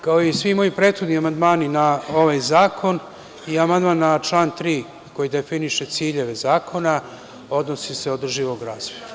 Kao i svi moji prethodni amandmani na ovaj zakon, i amandman na član 3. koji definiše ciljeve zakona, odnosi se na održivi razvoj.